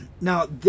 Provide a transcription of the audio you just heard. Now